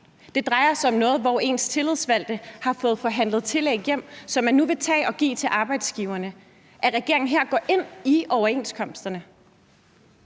Det drejer sig om noget, hvor ens tillidsvalgte har fået forhandlet tillæg hjem, som man nu vil tage og give til arbejdsgiverne, altså at regeringen her går ind i overenskomsterne.